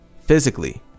physically